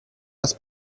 das